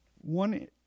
One